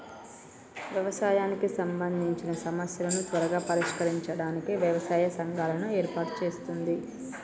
వ్యవసాయానికి సంబందిచిన సమస్యలను త్వరగా పరిష్కరించడానికి వ్యవసాయ సంఘాలను ఏర్పాటు చేస్తుంది